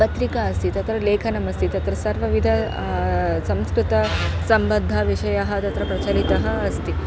पत्रिका अस्ति तत्र लेखनमस्ति तत्र सर्वविधम् संस्कृतम् सम्बद्धविषयः तत्र प्रचलितः अस्ति